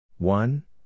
One